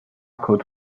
caught